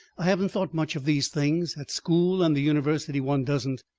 i haven't thought much of these things. at school and the university, one doesn't.